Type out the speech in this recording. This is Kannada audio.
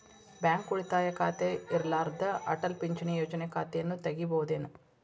ಬ್ಯಾಂಕ ಉಳಿತಾಯ ಖಾತೆ ಇರ್ಲಾರ್ದ ಅಟಲ್ ಪಿಂಚಣಿ ಯೋಜನೆ ಖಾತೆಯನ್ನು ತೆಗಿಬಹುದೇನು?